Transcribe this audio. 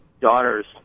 daughters